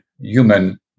human